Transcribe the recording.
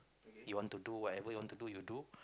you want to do whatever you want to do you do